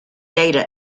data